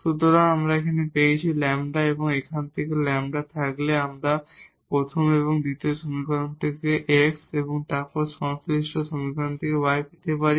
সুতরাং এখান থেকে আমরা মূলত পেয়েছি λ একবার আমাদের এখানে λ থাকলে আমরা প্রথম এবং দ্বিতীয় সমীকরণ থেকে x এবং তারপর সংশ্লিষ্ট সমীকরণ থেকে y পেতে পারি